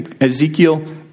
Ezekiel